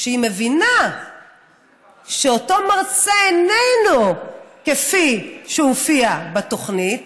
שהיא מבינה שאותו מרצה איננו כפי שהופיע בתוכנית